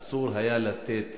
אסור היה לתת